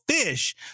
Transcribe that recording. fish